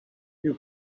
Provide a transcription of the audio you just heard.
you